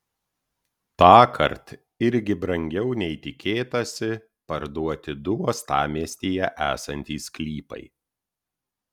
tąkart irgi brangiau nei tikėtasi parduoti du uostamiestyje esantys sklypai